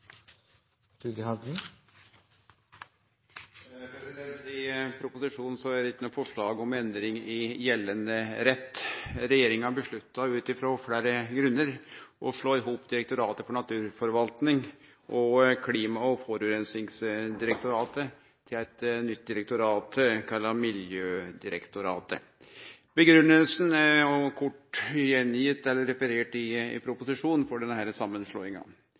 sak nr. 8. I proposisjonen er det ikkje nokon forslag om endring i gjeldande rett. Regjeringa avgjorde ut frå fleire grunnar å slå i hop Direktoratet for naturforvalting og Klima- og forureiningsdirektoratet til eit nytt direktorat kalla Miljødirektoratet. Grunngjevinga for denne samanslåinga er kort referert i proposisjonen. Det medfører da behov for